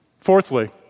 Fourthly